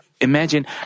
imagine